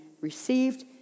received